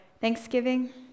Thanksgiving